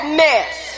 mess